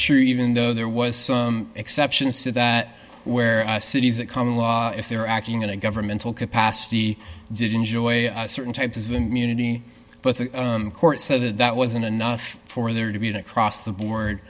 sure even though there was some exceptions to that where cities that common law if they were acting in a governmental capacity did enjoy a certain type of immunity but the court said that that wasn't enough for there to be an across the board